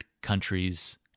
countries